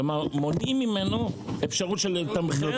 כלומר, מונעים ממנו אפשרות של לתמחר.